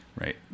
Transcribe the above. right